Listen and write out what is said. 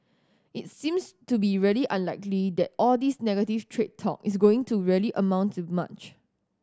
it seems to be really unlikely that all this negative trade talk is going to really amount to much